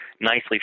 nicely